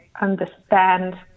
understand